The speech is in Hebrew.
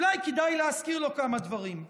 אולי כדאי להזכיר לו כמה דברים.